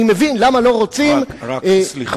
אני מבין למה לא רוצים, סליחה.